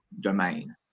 domain